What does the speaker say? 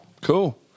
Cool